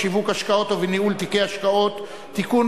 בשיווק השקעות ובניהול תיקי השקעות (תיקון,